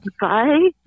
Bye